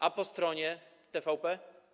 A po stronie TVP?